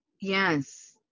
Yes